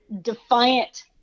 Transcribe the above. defiant